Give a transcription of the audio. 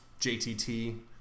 JTT